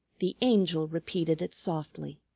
the angel repeated it softly.